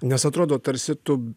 nes atrodo tarsi tu